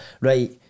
Right